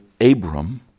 Abram